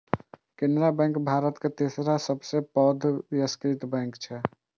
Canara bank भारतक तेसर सबसं पैघ राष्ट्रीयकृत बैंक छियै